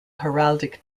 heraldic